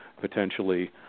potentially